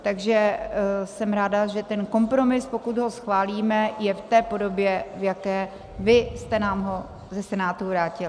Takže jsem ráda, že ten kompromis, pokud ho schválíme, je v té podobě, v jaké vy jste nám ho ze Senátu vrátili.